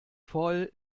voll